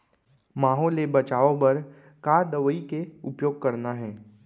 माहो ले बचाओ बर का दवई के उपयोग करना हे?